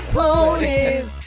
ponies